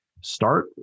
start